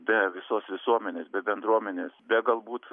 be visos visuomenės be bendruomenės be galbūt